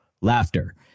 laughter